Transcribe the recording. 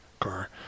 car